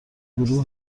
گروه